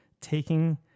taking